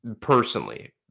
personally